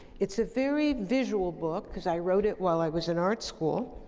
it's a very visual book cause i wrote it while i was in art school,